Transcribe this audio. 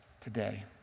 today